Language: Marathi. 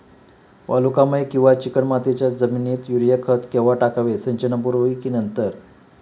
वालुकामय किंवा चिकणमातीच्या जमिनीत युरिया खत केव्हा टाकावे, सिंचनापूर्वी की नंतर?